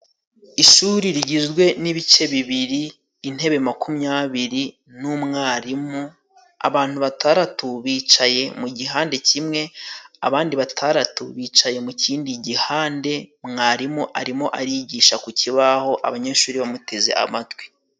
Ishuri rigizwe n'ibice bibiri : intebe makumyabiri n'umwarimu, abantu bataratu bicaye mu gihande kimwe abandi bataratu bicaye mu kindi gihande, mwarimu arimo arigisha ku kibaho abanyeshuri bamuteze amatwi.